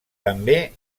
també